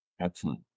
Excellent